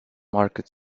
market